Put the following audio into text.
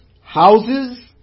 houses